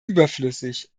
überflüssig